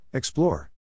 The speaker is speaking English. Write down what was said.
Explore